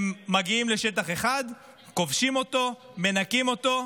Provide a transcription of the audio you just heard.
הם מגיעים לשטח אחד, כובשים אותו, מנקים אותו,